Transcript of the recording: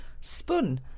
Spun